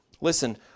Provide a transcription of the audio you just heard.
Listen